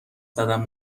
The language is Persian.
زدم